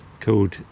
called